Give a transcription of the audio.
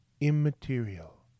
immaterial